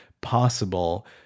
possible